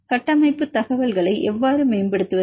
கட்டமைப்பு தகவல்களை எவ்வாறு மேம்படுத்துவது